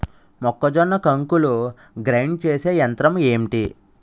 మొక్కజొన్న కంకులు గ్రైండ్ చేసే యంత్రం ఏంటి?